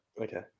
okay